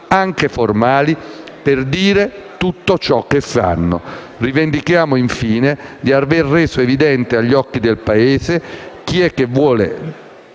anche formali, per dire tutto ciò che sanno. Rivendichiamo, infine, di aver reso evidente agli occhi del Paese chi è che vuole